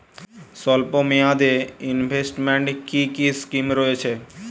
স্বল্পমেয়াদে এ ইনভেস্টমেন্ট কি কী স্কীম রয়েছে?